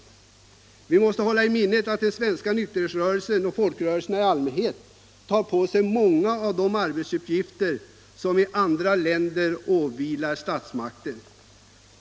Vi måste hålla i minnet att den svenska nykterhetsrörelsen och folkrörelserna i allmänhet tar på sig många av de arbetsuppgifter som i andra länder åvilar statsmakten.